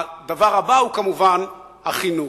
הדבר הבא הוא כמובן החינוך.